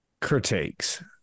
critiques